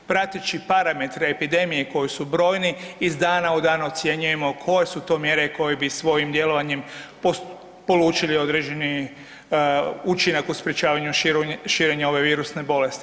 Prateći parametre epidemije koji su brojni, iz dana u dan ocjenjujemo koje su to mjere koje bi svojim djelovanjem polučili određeni učinak u sprječavanju širenja ove virusne bolesti.